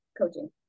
coaching